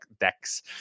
decks